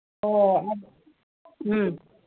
ꯑꯣ ꯎꯝ